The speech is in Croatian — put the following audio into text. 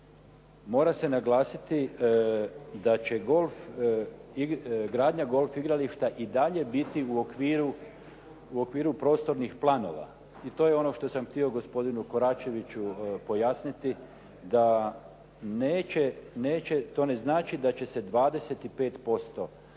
Mora se naglasiti da će gradnja golf igrališta i dalje biti u okviru prostornih planova i to je ono što sam htio gospodinu Koračeviću pojasniti da neće, to ne znači da će se 25% golf